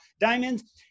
diamonds